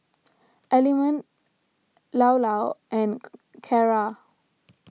Element Llao Llao and Kara